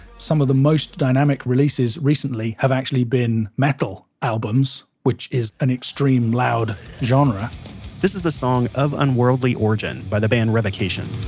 some of the most dynamic releases recently have actually been metal albums, which is an extreme, loud genre this is the song of unworldly origin by the band revocation